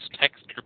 texture